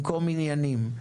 במקום עניינים,